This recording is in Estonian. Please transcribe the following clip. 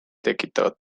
tekitavad